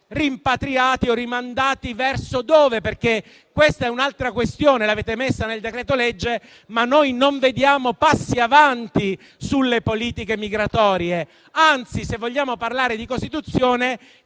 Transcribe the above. rimpatriati o rimandati. Verso dove poi è un'altra questione, che avete messo nel decreto-legge, ma non vediamo passi avanti sulle politiche migratorie. Anzi, se vogliamo parlare di Costituzione,